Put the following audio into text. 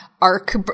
arc